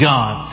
God